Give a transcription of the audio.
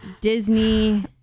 Disney